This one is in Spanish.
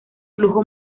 flujo